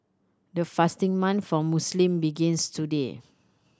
the fasting month for Muslim begins today